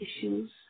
issues